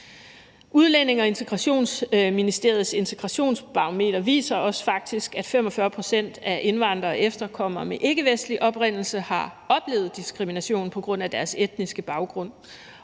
Udlændinge- og Integrationsministeriets integrationsbarometer viser os faktisk, at 45 pct. af indvandrere og efterkommere med ikkevestlig oprindelse har oplevet diskrimination på grund af deres etniske baggrund,